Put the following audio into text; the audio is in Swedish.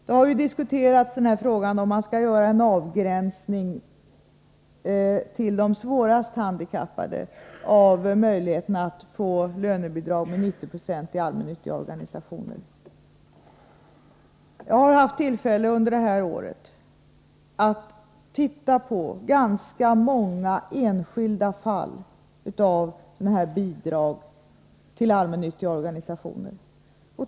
Det har diskuterats om man skall göra en avgränsning till de svårast handikappade av möjligheterna att få lönebidrag med 90 9 till allmännyttiga organisationer. Jag har under det här året haft tillfälle att se på ganska många enskilda fall som gällt sådana bidrag till allmännyttiga organisationer.